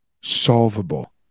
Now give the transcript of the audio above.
solvable